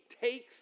takes